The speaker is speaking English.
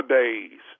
days